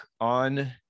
on